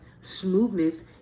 smoothness